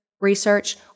research